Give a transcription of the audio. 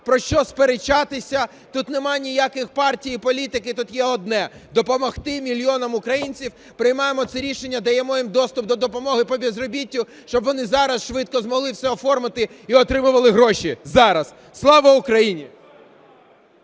про що сперечатися. Тут нема ніяких партій і політики, тут є одне – допомогти мільйонам українців. Приймаємо це рішення, даємо їм доступ до допомоги по безробіттю, щоб вони зараз швидко змогли все оформити і отримували гроші зараз. Слава Україні!